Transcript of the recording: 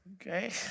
Okay